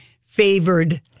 favored